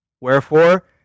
Wherefore